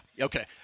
Okay